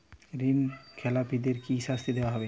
ঋণ খেলাপিদের কি শাস্তি হতে পারে?